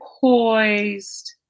poised